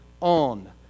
on